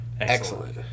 Excellent